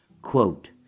Quote